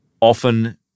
often